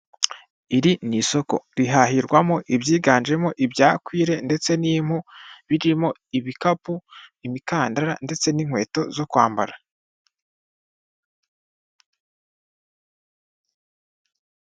Iri ni isoko rihahirwamo ibyiganjemo ibya kwire ndetse n'impu birimo ibikapu, imikandara ndetse n'inkweto zo kwambara.